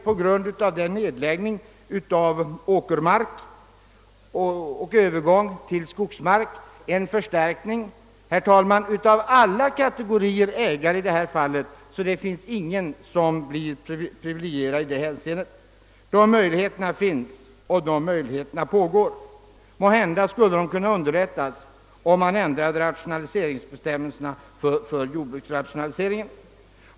På grund av den nedläggning av åkermark och övergång till skogsmark som äger rum sker en förstärkning av alla kategorier ägare i detta fall. Det är ingen som blir särskilt privilegierad i det hänseendet. Möjligheterna till bättre arrondering finns och utnyttjas. Måhända skulle de kunna underlättas, om man ändrade bestämmelserna för jordbrukets rationalisering.